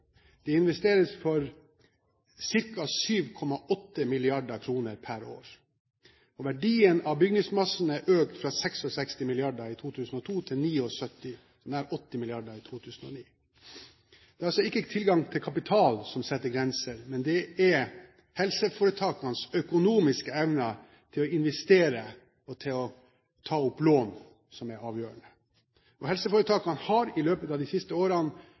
Det investeres for ca. 7,8 mrd. kr per år. Verdien av bygningsmassen er økt fra 66 mrd. kr i 2002 til nær 80 mrd. kr i 2009. Det er altså ikke tilgang til kapital som setter grenser, men det er helseforetakenes økonomiske evne til å investere og til å ta opp lån som er avgjørende. Helseforetakene har i løpet av de siste årene